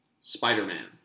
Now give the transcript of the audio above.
Spider-Man